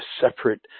separate